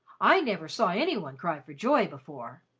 i never saw any one cry for joy before.